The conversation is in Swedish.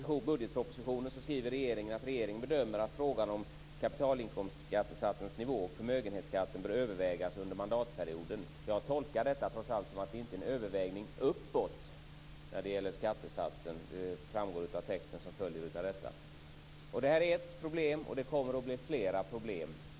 I budgetpropositionen skriver regeringen: Regeringen bedömer att frågan om kapitalinkomstskattesatsens nivå och förmögenhetsskatten bör övervägas under mandatperioden. Jag tolkar det trots allt som att man inte överväger en ökning av skattesatsen. Det framgår av texten som följer. Det är ett problem. Det kommer att bli flera problem.